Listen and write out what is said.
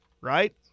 Right